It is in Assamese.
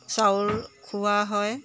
চাউল খোৱা হয়